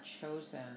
chosen